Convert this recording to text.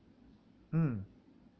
mm